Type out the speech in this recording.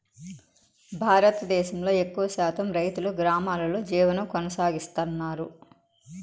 భారతదేశంలో ఎక్కువ శాతం రైతులు గ్రామాలలో జీవనం కొనసాగిస్తన్నారు